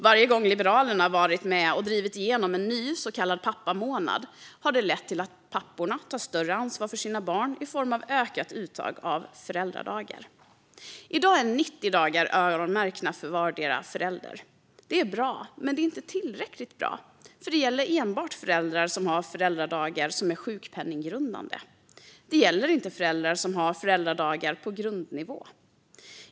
Varje gång Liberalerna har varit med och drivit igenom en ny så kallad pappamånad har det lett till att papporna tagit större ansvar för sina barn i form av ett ökat uttag av föräldradagar. I dag är 90 dagar öronmärkta för vardera föräldern. Det är bra, men det är inte tillräckligt bra. Det gäller nämligen enbart föräldrar som har föräldradagar som är sjukpenninggrundande. Det gäller inte föräldrar som har föräldradagar på grundnivå.